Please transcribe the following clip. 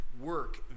work